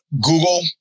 Google